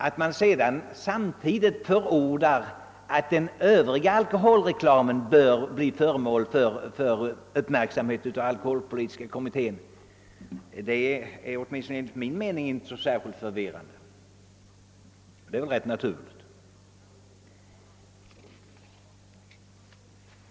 Att utskottsmajoriteten samtidigt förordar att alkoholreklamen i övrigt blir föremål för uppmärksamhet av alkoholpolitiska utredningen är åtminstone enligt min mening inte särskilt förvirrande utan rätt naturligt.